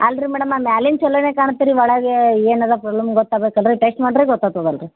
ಅಲ್ಲ ರೀ ಮೇಡಮ ಮ್ಯಾಲಿಂದ ಛಲೋನೇ ಕಾಣತ್ತೆ ರೀ ಒಳಗೆ ಏನದ ಪ್ರಾಬ್ಲಮ್ ಗೊತ್ತಾಗ್ಬೇಕಲ್ಲ ರೀ ಟೆಸ್ಟ್ ಮಾಡಿದ್ರೆ ಗೊತ್ತಾಗ್ತದಲ್ಲ ರೀ